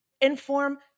inform